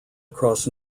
across